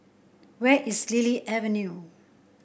where is Lily Avenue